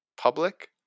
public